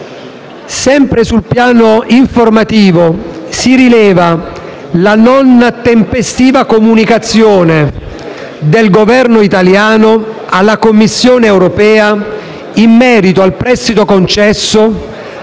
Sempre sul piano informativo, si rileva la non tempestiva comunicazione del Governo italiano alla Commissione europea in merito al prestito concesso,